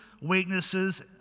weaknesses